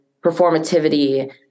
performativity